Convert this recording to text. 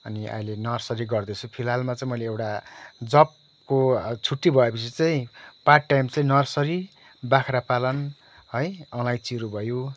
अनि अहिले नर्सरी गर्दैछु फिलहालमा चाहिँ मैले एउटा जबको छुट्टी भएपछि चाहिँ पार्ट टाइम चाहिँ नर्सरी बाख्रा पालन है अलैँचीहरू भयो